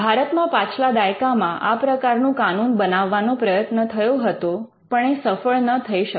ભારતમાં પાછલા દાયકામાં આ પ્રકારનું કાનૂન બનાવવાનો પ્રયત્ન થયો હતો પણ એ સફળ ન થઈ શક્યો